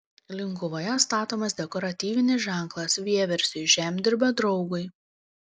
linkuvoje statomas dekoratyvinis ženklas vieversiui žemdirbio draugui